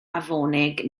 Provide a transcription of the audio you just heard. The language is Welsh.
afonig